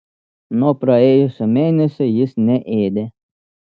nuo praėjusio mėnesio jis neėdė